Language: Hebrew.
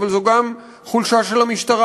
אבל זו גם חולשה של המשטרה.